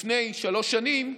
לפני שלוש שנים,